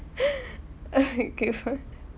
okay for